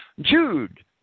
Jude